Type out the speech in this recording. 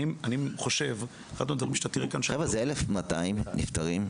חבר'ה, זה 1,200 נפטרים בשנה,